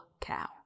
cow